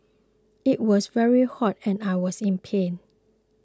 it was very hot and I was in pain